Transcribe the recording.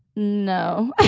no.